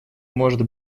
может